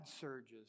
surges